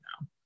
now